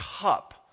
cup